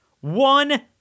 One